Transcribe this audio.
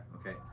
Okay